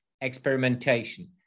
experimentation